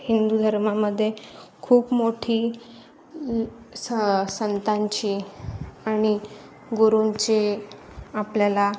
हिंदू धर्मामध्ये खूप मोठी स संतांची आणि गुरुंचे आपल्याला